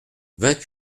vingt